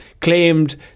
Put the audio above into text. claimed